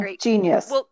genius